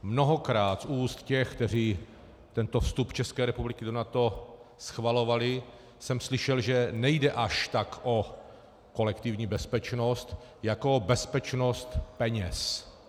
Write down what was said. Mnohokrát jsem z úst těch, kteří tento vstup České republiky do NATO schvalovali, slyšel, že nejde až tak o kolektivní bezpečnost jako o bezpečnost peněz.